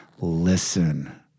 listen